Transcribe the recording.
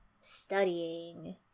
studying